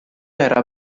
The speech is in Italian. era